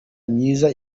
myiza